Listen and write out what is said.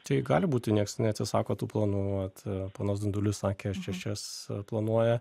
tai gali būti nieks neatsisako tų planų vat ponas dundulis sakė šešias planuoja